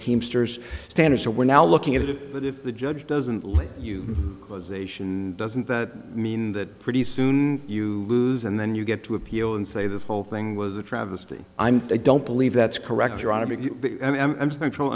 teamsters standards and we're now looking at it but if the judge doesn't like you causation doesn't that mean that pretty soon you lose and then you get to appeal and say this whole thing was a travesty i'm i don't believe that's correct your honor because i'm central